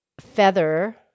feather